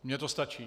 Mně to stačí.